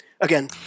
Again